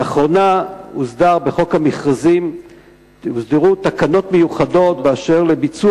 לאחרונה הוסדרו בחוק חובת המכרזים תקנות מיוחדות באשר לביצוע